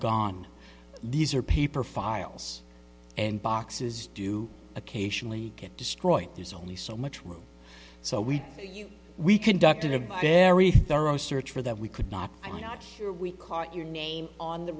gone these are paper files and boxes do occasionally get destroyed there's only so much room so we we conducted it by their read their own search for that we could not i'm not here we caught your name on the